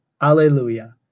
Alleluia